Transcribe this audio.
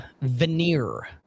veneer